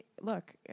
look